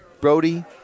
Brody